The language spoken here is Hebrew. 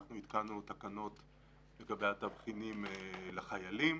התקנו תקנות של התבחינים לחיילים